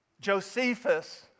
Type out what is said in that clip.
Josephus